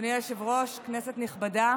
אדוני היושב-ראש, כנסת נכבדה,